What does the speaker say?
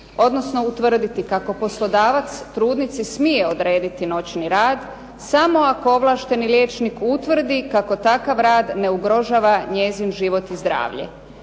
odnosno utvrditi kako poslodavac trudnici smije odrediti noćni rad, samo ako ovlašteni liječnik utvrdi kako takav rad ne ugrožava njezin život i zdravlje.